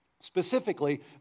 Specifically